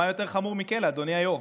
מה יותר חמור מכלא, אדוני היושב-ראש?